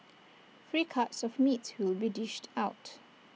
free cuts of meat will be dished out